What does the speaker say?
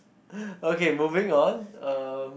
okay moving on um